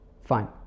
Fine